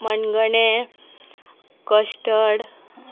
मनगणे custard